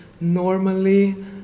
normally